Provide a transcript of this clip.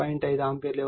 5 ampere ఇవ్వబడుతుంది